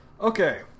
Okay